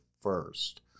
first